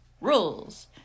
Rules